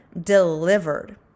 delivered